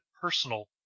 personal